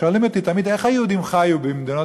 שואלים אותי תמיד איך היהודים חיו במדינות